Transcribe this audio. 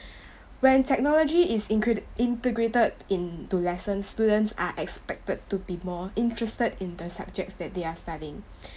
when technology is incredit~ integrated into lessons students are expected to be more interested in the subjects that they are studying